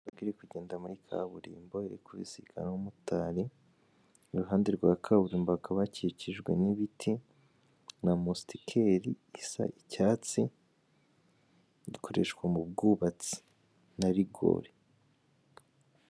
Ntabwo iri kugenda muri kaburimbo ikubi isi abamotari, iruhande rwa kaburimboga bakikijwe n'ibiti na mosikiteli isa icyatsi, gikoreshwa mu bwubatsi na rigore.